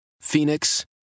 Phoenix